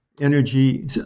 energy